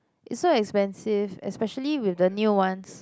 it's so expensive especially with the new ones